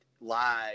live